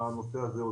בנושא הזה.